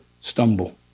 stumble